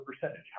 percentage